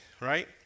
Right